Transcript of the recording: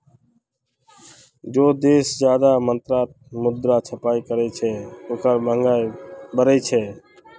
जे देश ज्यादा मात्रात मुद्रा छपाई करोह उछां महगाई बेसी होछे